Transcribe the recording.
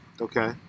okay